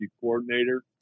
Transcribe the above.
coordinator